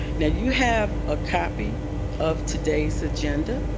now, you have a copy of today's agenda.